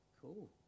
cool